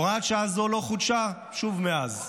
הוראת שעה זו לא חודשה שוב מאז,